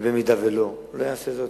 במידה שלא, לא אעשה זאת.